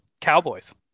cowboys